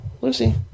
Lucy